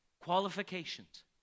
Qualifications